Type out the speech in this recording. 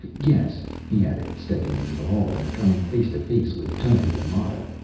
yes, he added, stepping into the hall and coming face to face with toni lamotta,